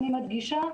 אני מדגישה,